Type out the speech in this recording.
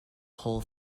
whole